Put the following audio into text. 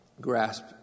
grasp